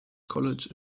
college